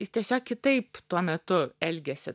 jis tiesiog kitaip tuo metu elgėsi